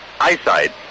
eyesight